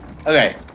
Okay